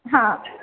हां